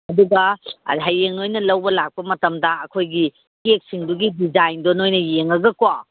ꯑꯗꯨꯒ ꯍꯌꯦꯡ ꯅꯣꯏꯅ ꯂꯧꯕ ꯂꯥꯛꯄ ꯃꯇꯝꯗ ꯑꯩꯈꯣꯏꯒꯤ ꯀꯦꯛꯁꯤꯡꯗꯨꯒꯤ ꯗꯤꯖꯥꯏꯟꯗꯣ ꯅꯣꯏꯅ ꯌꯦꯡꯉꯒꯀꯣ